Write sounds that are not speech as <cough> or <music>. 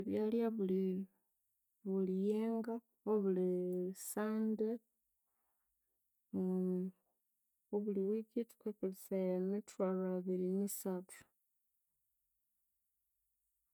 Ebyalhya buli buliyenga, obuli sande <hesitation> obuli wiki thukakolesyaya mithwalhu abiri ni sathu